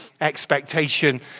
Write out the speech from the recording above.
expectation